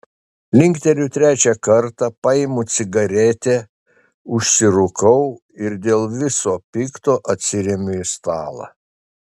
linkteliu trečią kartą paimu cigaretę užsirūkau ir dėl viso pikto atsiremiu į stalą